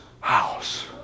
house